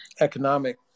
economic